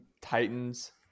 Titans